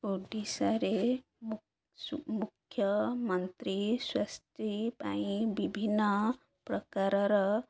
ଓଡ଼ିଶାରେ ମୁଖ୍ୟମନ୍ତ୍ରୀ ସ୍ୱାସ୍ଥ୍ୟ ପାଇଁ ବିଭିନ୍ନ ପ୍ରକାରର